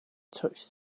touched